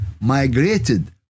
migrated